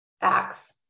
acts